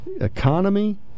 Economy